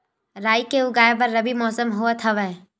राई के उगाए बर रबी मौसम होवत हवय?